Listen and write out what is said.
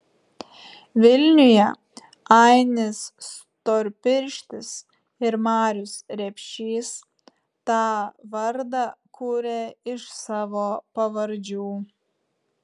vilniuje ainis storpirštis ir marius repšys tą vardą kuria iš savo pavardžių